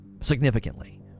Significantly